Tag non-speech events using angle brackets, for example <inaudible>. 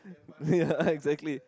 ya <laughs> exactly